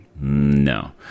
No